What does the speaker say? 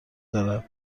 دارد